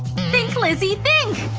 think, lizzy, think!